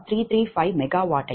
18218